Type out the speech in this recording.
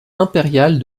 impériale